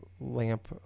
lamp